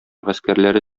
гаскәрләре